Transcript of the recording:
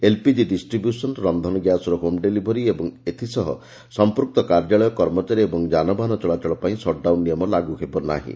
LPG distribution ରକ୍ଷନ ଗ୍ୟାସ୍ର home delivery ଏବଂ ଏଥିସହ ସମ୍ମୁକ୍ତ କାର୍ଯ୍ୟାଳୟ କର୍ମଚାରୀ ଓ ଯାନବାହନ ଚଳାଚଳ ପାଇଁ ସଟ୍ଡାଉନ୍ ନିୟମ ଲାଗୁ ହେବ ନାହିଁ